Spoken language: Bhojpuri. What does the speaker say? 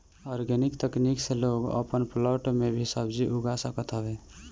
आर्गेनिक तकनीक से लोग अपन फ्लैट में भी सब्जी उगा सकत हवे